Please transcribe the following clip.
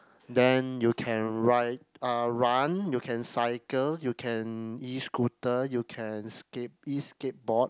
then you can ride uh run you can cycle you can E-Scooter you can skate E-skateboard